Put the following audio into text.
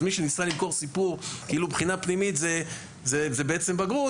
מי שניסה למכור סיפור כאילו בחינה פנימית זה בעצם בגרות,